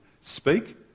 speak